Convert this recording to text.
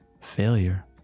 failure